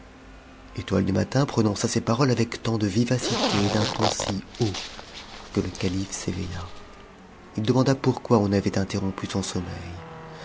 etoiie du matin prononça ces paroles avec tant de vivacité et d'un ton si haut que le cai s'éveilla il demanda pourquoi on avait interrompu son sommeil